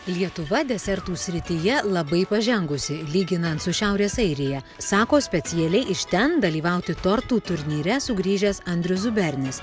lietuva desertų srityje labai pažengusi lyginant su šiaurės airija sako specialiai iš ten dalyvauti tortų turnyre sugrįžęs andrius zubernis